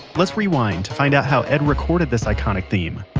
let's rewind to find out how edd recorded this iconic theme